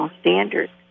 standards